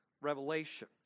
revelation